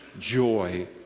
joy